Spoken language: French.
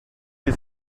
les